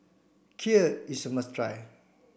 Kheer is a must try